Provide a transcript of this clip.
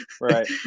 Right